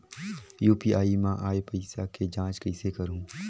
UPI मा आय पइसा के जांच कइसे करहूं?